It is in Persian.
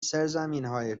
سرزمینهای